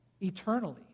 eternally